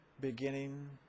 beginning